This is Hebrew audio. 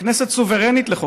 הכנסת סוברנית לחוקק.